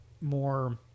more